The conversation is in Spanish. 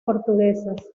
portuguesas